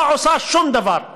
לא עושה שום דבר,